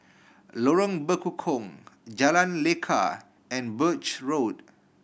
Lorong Bekukong Jalan Lekar and Birch Road